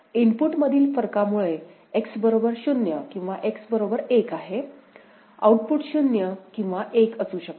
तर इनपुटमधील फरकामुळे X बरोबर 0 किंवा X बरोबर 1 आहे आउटपुट 0 किंवा 1 असू शकते